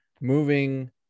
Moving